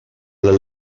del